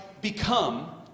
become